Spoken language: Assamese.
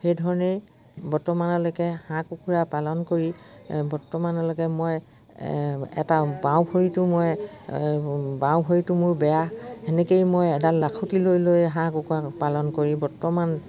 সেইধৰণেই বৰ্তমানলৈকে হাঁহ কুকুৰা পালন কৰি বৰ্তমানলৈকে মই এটা বাাঁওঁ ভৰিটো মই বাাঁওঁ ভৰিটো মোৰ বেয়া সেনেকেই মই এডাল লাখতি লৈ লৈ হাঁহ কুকুৰা পালন কৰি বৰ্তমান